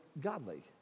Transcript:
godly